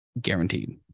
guaranteed